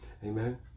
Amen